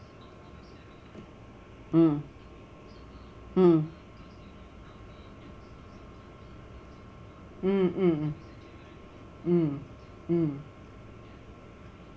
mm mm mm mm mm mm